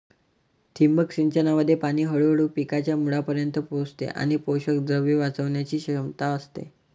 ठिबक सिंचनामध्ये पाणी हळूहळू पिकांच्या मुळांपर्यंत पोहोचते आणि पोषकद्रव्ये वाचवण्याची क्षमता असते